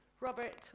Robert